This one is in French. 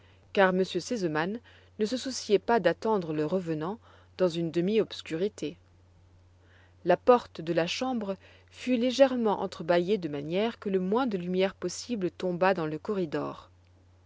car m r sesemann ne se souciait pas d'attendre le revenant dans une demi-obscurité la porte de la chambre fut légèrement entre baîllée de manière que le moins de lumière possible tombât dans le corridor